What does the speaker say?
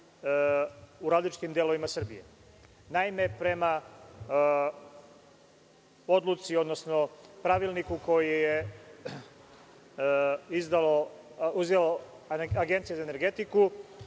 u različitim delovima Srbije. Naime, prema odluci, odnosno Pravilniku koji je izdala Agencija za energetiku,